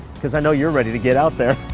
because i know you're ready to get out there.